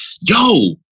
Yo